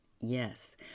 yes